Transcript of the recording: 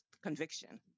conviction